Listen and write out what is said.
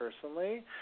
personally